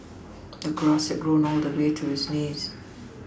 the grass had grown all the way to his knees